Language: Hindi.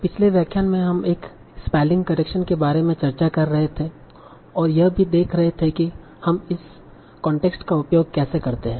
पिछले व्याख्यान में हम एक स्पेलिंग करेक्शन के बारे में चर्चा कर रहे थे और यह भी देख रहे थे कि हम इस कांटेक्स्ट का उपयोग कैसे करते हैं